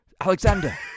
Alexander